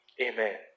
Amen